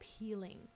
appealing